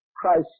Christ